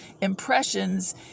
impressions